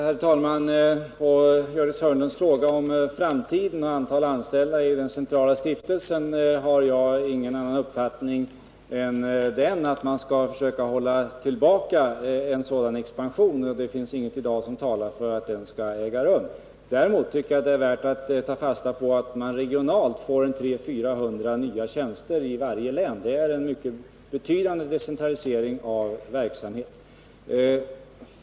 Herr talman! På Gördis Hörnlunds fråga om framtiden och antal anställda i den centrala stiftelsen kan jag bara säga att jag har den uppfattningen att man skall försöka hålla tillbaka en sådan expansion. Det finns inget i dag som talar för att en sådan skall äga rum. Däremot är det värt att ta fasta på att man regionalt får 300-400 tjänster i varje län. Det är en betydande decentralisering av verksamhet.